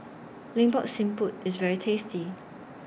Lemak Siput IS very tasty